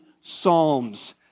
psalms